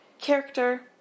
character